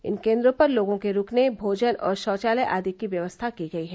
इन केन्द्रों पर लोगों के रूकने भोजन और शौचालय आदि की व्यवस्था की गयी है